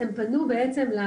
הם פנו לטקס.